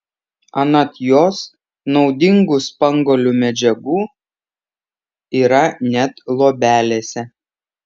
anot jos naudingų spanguolių medžiagų yra net luobelėse